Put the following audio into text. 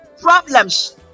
problems